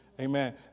amen